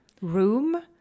room